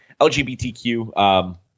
LGBTQ